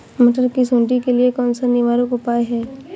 मटर की सुंडी के लिए कौन सा निवारक उपाय है?